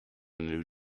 new